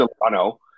Delano